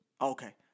Okay